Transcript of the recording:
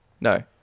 No